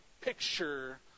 picture